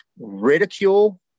ridicule